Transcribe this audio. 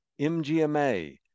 MGMA